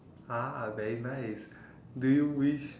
ah very nice do you wish